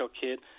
kid